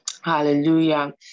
Hallelujah